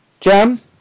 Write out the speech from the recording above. Jam